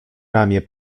ramię